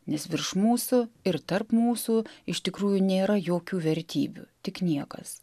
nes virš mūsų ir tarp mūsų iš tikrųjų nėra jokių vertybių tik niekas